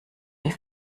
die